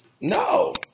No